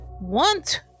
want